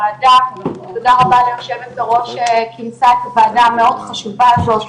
תודה רבה ליושבת בראש שכינסה את הוועדה המאוד חשובה הזאת.